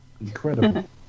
Incredible